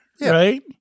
right